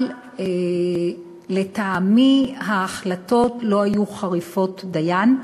אבל לטעמי ההחלטות לא היו חריפות דיין.